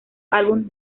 álbum